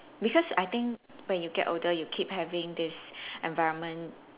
because I think when you get older you keep having these environment